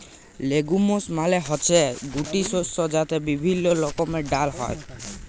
legumes মালে হচ্যে গুটি শস্য যাতে বিভিল্য রকমের ডাল হ্যয়